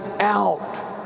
out